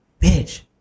bitch